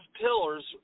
pillars